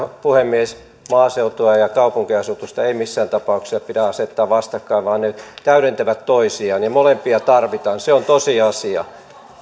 puhemies maaseutua ja kaupunkiasutusta ei missään tapauksessa pidä asettaa vastakkain vaan ne täydentävät toisiaan ja molempia tarvitaan se on tosiasia